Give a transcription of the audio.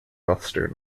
western